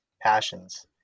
passions